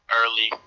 early